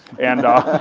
and